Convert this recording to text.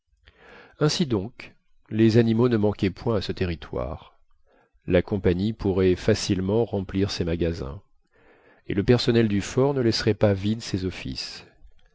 ainsi donc les animaux ne manquaient point à ce territoire la compagnie pourrait facilement remplir ses magasins et le personnel du fort ne laisserait pas vides ses offices